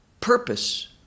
purpose